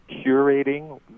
curating